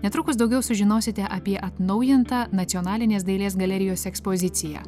netrukus daugiau sužinosite apie atnaujintą nacionalinės dailės galerijos ekspoziciją